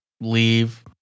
leave